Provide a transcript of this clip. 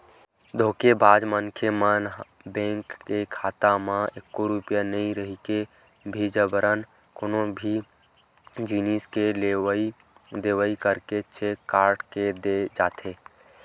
धोखेबाज मनखे मन ह बेंक के खाता म एको रूपिया नइ रहिके भी जबरन कोनो भी जिनिस के लेवई देवई करके चेक काट के दे जाथे